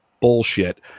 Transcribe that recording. bullshit